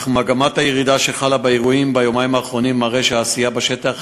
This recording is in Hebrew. אך מגמת הירידה שחלה באירועים ביומיים האחרונים מראה שהעשייה בשטח